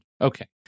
Okay